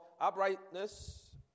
uprightness